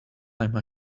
time